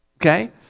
Okay